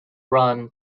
run